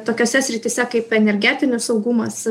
tokiose srityse kaip energetinis saugumas